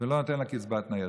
ולא נותנים לה קצבת ניידות.